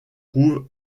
trouve